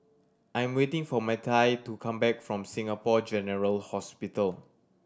I'm waiting for Mattye to come back from Singapore General Hospital